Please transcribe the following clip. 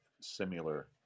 similar